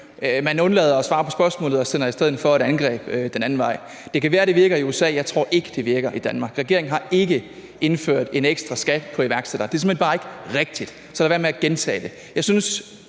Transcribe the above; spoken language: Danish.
man undlader at svare på spørgsmålet og sender i stedet for et angreb den anden vej. Det kan være, det virker i USA, men jeg tror ikke, det virker i Danmark. Regeringen har ikke indført en ekstra skat på iværksættere. Det er simpelt hen bare ikke rigtigt, så lad være med at gentage det.